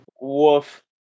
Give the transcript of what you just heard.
woof